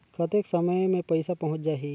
कतेक समय मे पइसा पहुंच जाही?